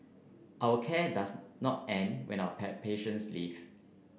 our care does not end when our pair patients leave